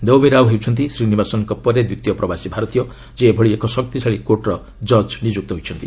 Naomi Rao ହେଉଛନ୍ତି ଶ୍ରୀନିବାସନ୍ଙ୍କ ପରେ ଦ୍ୱିତୀୟ ପ୍ରବାସୀ ଭାରତୀୟ ଯିଏ ଏଭଳି ଏକ ଶକ୍ତିଶାଳୀ କୋର୍ଟର ଜକ୍ ନିଯୁକ୍ତ ହୋଇଛନ୍ତି